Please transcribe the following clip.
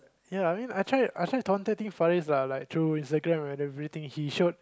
ya I mean I tried I tried taunted him for years lah through Instagram and everything lah he showed